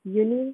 uni